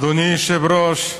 אדוני היושב-ראש,